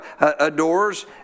adores